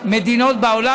במדינות רבות בעולם,